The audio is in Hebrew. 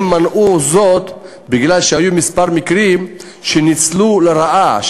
הם מנעו זאת בגלל שהיו כמה מקרים של ניצול לרעה,